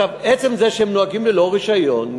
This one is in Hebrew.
עצם זה שהם נוהגים ללא רישיון,